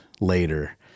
later